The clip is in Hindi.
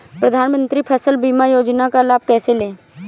प्रधानमंत्री फसल बीमा योजना का लाभ कैसे लें?